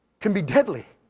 can be deadly,